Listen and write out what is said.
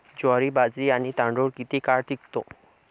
ज्वारी, बाजरी आणि तांदूळ किती काळ टिकतो?